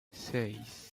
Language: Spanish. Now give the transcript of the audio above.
seis